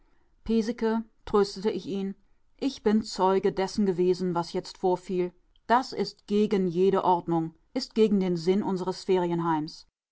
tröstete ich ihn ich bin zeuge dessen gewesen was jetzt vorfiel das ist gegen jede ordnung ist gegen den sinn unseres ferienheims